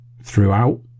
throughout